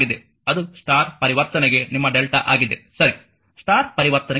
ಅದು ಸ್ಟಾರ್ ಪರಿವರ್ತನೆಗೆ ನಿಮ್ಮ ಡೆಲ್ಟಾ ಆಗಿದೆ ಸರಿ ಸ್ಟಾರ್ ಪರಿವರ್ತನೆಗೆ ಡೆಲ್ಟಾ